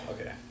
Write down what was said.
okay